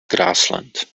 grassland